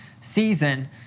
season